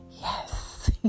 Yes